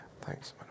Thanks